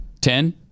Ten